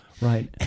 Right